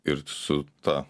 ir su ta